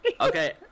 Okay